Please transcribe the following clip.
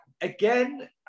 Again